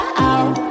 out